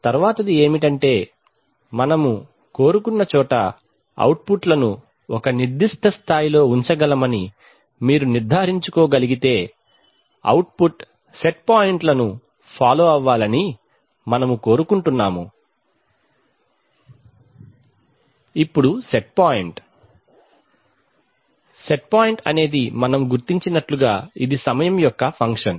తరువాతిది ఏమిటంటే మనము కోరుకున్న చోట అవుట్పుట్లను ఒక నిర్దిష్ట స్థాయిలో ఉంచగలమని మీరు నిర్ధారించుకోగలిగితే అవుట్పుట్ సెట్ పాయింట్లను ఫాలో అవ్వాలని మనము కోరుకుంటున్నాము ఇప్పుడు సెట్ పాయింట్ అనేది మనం గుర్తించినట్లుగా ఇది సమయం యొక్క ఫంక్షన్